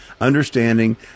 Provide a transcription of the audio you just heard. Understanding